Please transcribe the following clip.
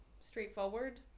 straightforward